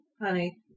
honey